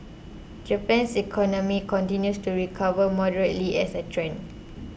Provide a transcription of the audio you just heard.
Japan's economy continues to recover moderately as a trend